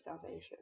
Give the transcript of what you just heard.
salvation